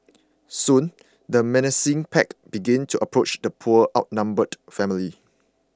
soon the menacing pack began to approach the poor outnumbered family